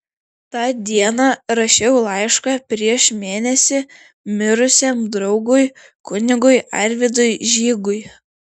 tą dieną rašiau laišką prieš mėnesį mirusiam draugui kunigui arvydui žygui